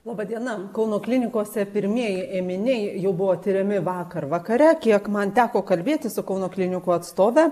laba diena kauno klinikose pirmieji ėminiai jau buvo tiriami vakar vakare kiek man teko kalbėtis su kauno klinikų atstove